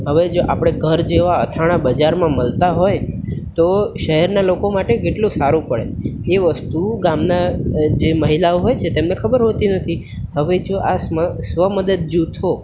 હવે જો આપણે ઘર જેવા અથાણાં બજારમાં મળતા હોય તો શહેરના લોકો માટે કેટલું સારું પડે એ વસ્તુ ગામના જે મહિલાઓ હોય છે તેમને ખબર હોતી નથી હવે જો આ સ્મ સ્વ મદદ જૂથો